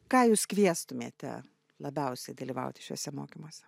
ką jūs kviestumėte labiausiai dalyvauti šiuose mokymuose